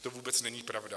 To vůbec není pravda.